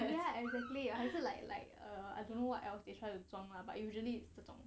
ya exactly I like like don't know what they try to 装 ah but usually 这种